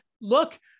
look